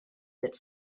that